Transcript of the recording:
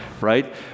right